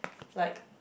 like